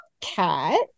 Cat